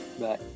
Bye